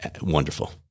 wonderful